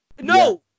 No